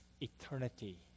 eternity